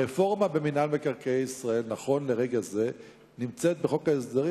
הרפורמה במינהל מקרקעי ישראל נמצאת בחוק ההסדרים.